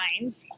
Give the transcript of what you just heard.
mind